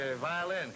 violin